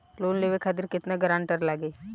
Loan लेवे खातिर केतना ग्रानटर लागी?